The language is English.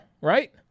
Right